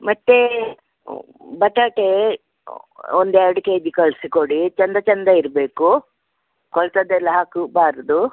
ಮತ್ತು ಬಟಾಟೆ ಒಂದೆರಡು ಕೆ ಜಿ ಕಳಿಸಿಕೊಡಿ ಚೆಂದ ಚೆಂದ ಇರಬೇಕು ಕೊಳೆತದ್ದೆಲ್ಲ ಹಾಕಬಾರ್ದು